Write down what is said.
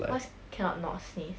what's cannot not sneeze